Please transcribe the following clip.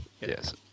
Yes